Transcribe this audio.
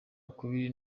ukubiri